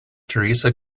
theresa